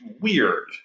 weird